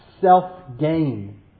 self-gain